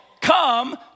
come